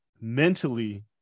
mentally